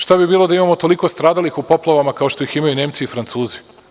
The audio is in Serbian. Šta bi bilo da imamo toliko stradalih u poplavama kao što ih imaju Nemci i Francuzi?